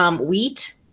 wheat